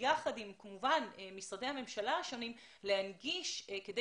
וביחד עם משרדי הממשלה השונים ולהנגיש כדי